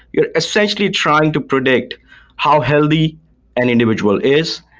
you're essentially trying to predict how healthy an individual is.